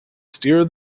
steer